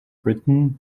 britton